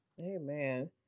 Amen